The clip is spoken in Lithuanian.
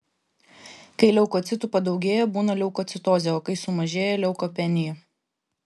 kai leukocitų padaugėja būna leukocitozė o kai sumažėja leukopenija